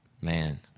man